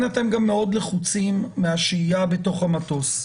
אתם גם מאוד לחוצים מהשהייה בתוך המטוס.